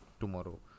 tomorrow